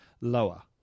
lower